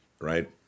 right